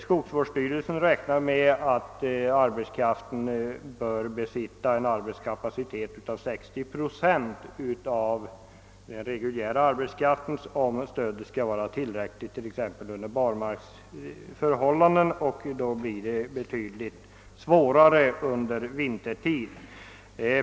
Skogsvårdsstyrelsen räknar med att arbetskraften bör prestera 60 procent av den reguljära arbetskraftens kapacitet, om stödet skall vara tillräckligt t.ex. under barmarksförhållanden, och svårigheterna blir betydligt större under vintertid.